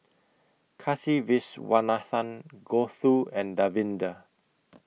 Kasiviswanathan Gouthu and Davinder